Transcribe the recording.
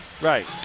Right